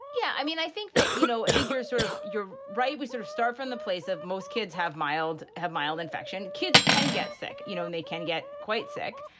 yeah, i mean, i think that, you know, i think you're sort of you're right. we sort of start from the place of most kids have mild have mild infection. kids can get sick, you know, and they can get quite sick.